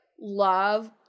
love